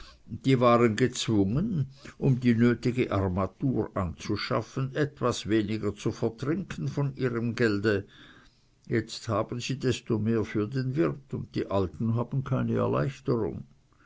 die waren gezwungen um die nötige armatur anzuschaffen etwas weniger zu vertrinken von ihrem gelde jetzt haben sie desto mehr für den wirt und die alten haben keine erleichterung